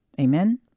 Amen